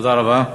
תודה רבה.